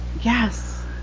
Yes